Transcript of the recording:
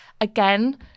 Again